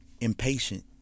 impatient